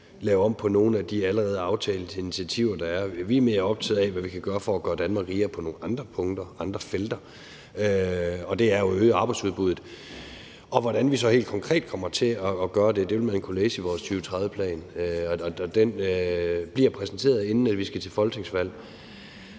lave om på nogle af de allerede aftalte initiativer, der er. Vi er mere optaget af, hvad vi kan gøre for at gøre Danmark rigere på nogle andre punkter, andre felter, og det er jo ved at øge arbejdsudbuddet. Hvordan vi så helt konkret kommer til at gøre det, vil man kunne læse i vores 2030-plan. Den bliver præsenteret, inden vi skal til folketingsvalg,